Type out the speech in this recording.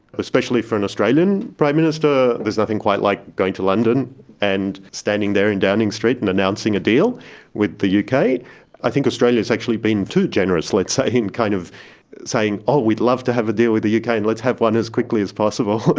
especially for an australian prime minister, there's nothing quite like going to london and standing there in downing street and announcing a deal with the yeah uk. i think australia has actually been too generous, let's say, in kind of saying, oh, we'd love to have a deal with the uk and let's have one as quickly as possible.